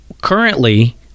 Currently